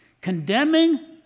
condemning